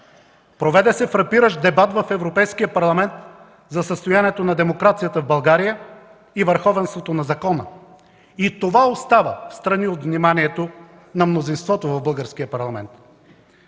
Проведе се фрапиращ дебат в Европейския парламент за състоянието на демокрацията в България и върховенството на закона, и това остава встрани от вниманието на мнозинството в Българския парламент.